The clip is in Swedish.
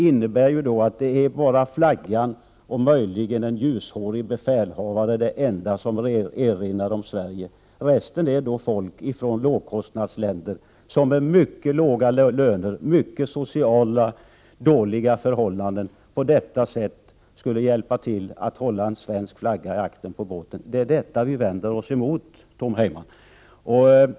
Men då är flaggan och möjligen en ljushårig befälhavare det enda som erinrar om Sverige — resten är folk från lågkostnadsländer, folk som har mycket låga löner och som på det sättet under mycket dåliga sociala förhållanden skulle hjälpa till att hålla en svensk flagga i aktern på båten. Det vänder vi oss emot, Tom Heyman.